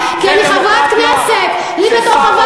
חבר הכנסת מצנע, אני אתן לך שיעור